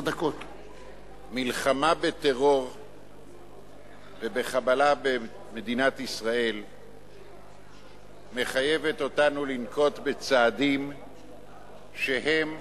מלחמה בטרור ובחבלה במדינת ישראל מחייבת אותנו לנקוט צעדים שהם